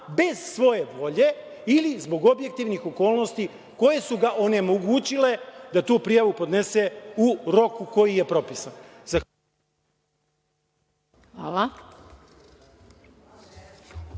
bez svoje volje, ili zbog objektivnih okolnosti koje su ga onemogućile da tu prijavu podnese u roku koji je propisan.